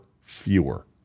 fewer